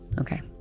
Okay